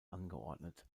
angeordnet